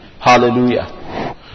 Hallelujah